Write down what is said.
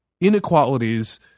inequalities